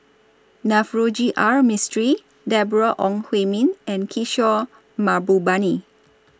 Navroji R Mistri Deborah Ong Hui Min and Kishore Mahbubani